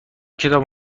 کتاب